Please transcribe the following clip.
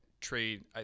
trade